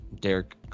Derek